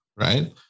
right